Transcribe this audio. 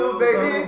baby